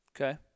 Okay